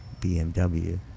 BMW